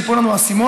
שייפול לנו האסימון.